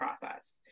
process